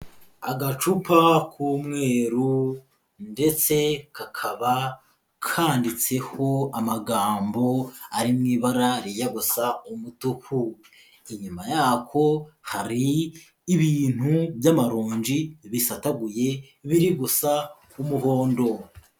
Agacupa k'umweru ndetse kakaba kanditseho amagambo ari mu ibara rijya gusa umutuku, inyuma yako hari ibintu by'amaronji bisataguye biri gusa umuhondo.